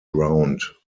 round